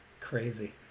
Crazy